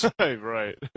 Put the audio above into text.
Right